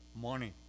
money